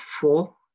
four